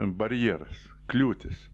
barjeras kliūtis